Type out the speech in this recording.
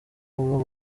ubu